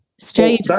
strange